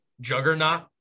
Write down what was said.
juggernaut